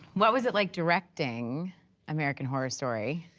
what was it like directing american horror story?